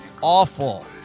awful